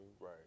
Right